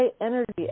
energy